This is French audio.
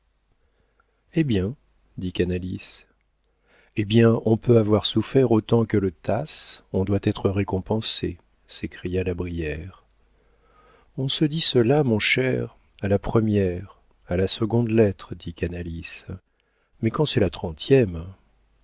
eh bien dit canalis eh bien on peut avoir souffert autant que le tasse on doit être récompensé s'écria la brière on se dit cela mon cher à la première à la seconde lettre dit canalis mais quand c'est la trentième